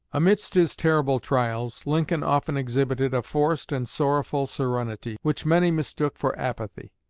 amidst his terrible trials, lincoln often exhibited a forced and sorrowful serenity, which many mistook for apathy.